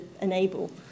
enable